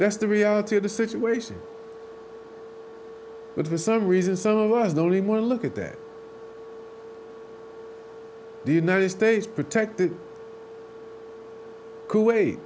that's the reality of the situation but for some reason some of us not only want to look at that the united states protected kuwait